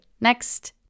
next